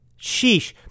Sheesh